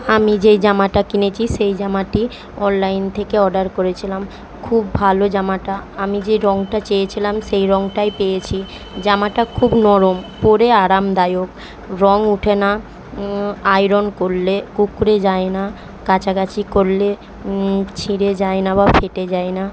আমি যেই জামাটা কিনেছি সেই জামাটি অনলাইন থেকে অর্ডার করেছিলাম খুব ভালো জামাটা আমি যে রংটা চেয়েছিলাম সেই রংটাই পেয়েছি জামাটা খুব নরম পরে আরামদায়ক রং ওঠে না আয়রন করলে কুকড়ে যায় না কাচাকাচি করলে ছিঁড়ে যায় না বা ফেটে যায় না